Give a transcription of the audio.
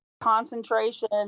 concentration